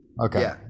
Okay